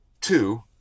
Two